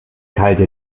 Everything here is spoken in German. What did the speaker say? kalte